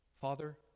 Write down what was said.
Father